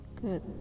Good